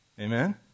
Amen